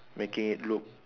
making it look